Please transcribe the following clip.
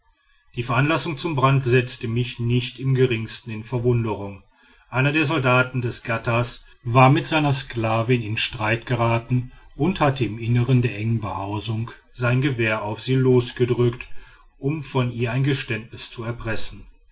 die veranlassung zum brand setzte mich nicht im geringsten in verwunderung einer der soldaten des ghattas war mit seiner sklavin in streit geraten und hatte im innern der engen behausung sein gewehr auf sie losgedrückt um von ihr ein geständnis zu erpressen